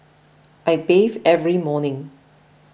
I bathe every morning